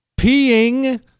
peeing